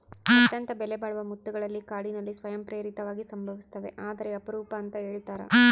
ಅತ್ಯಂತ ಬೆಲೆಬಾಳುವ ಮುತ್ತುಗಳು ಕಾಡಿನಲ್ಲಿ ಸ್ವಯಂ ಪ್ರೇರಿತವಾಗಿ ಸಂಭವಿಸ್ತವೆ ಆದರೆ ಅಪರೂಪ ಅಂತ ಹೇಳ್ತರ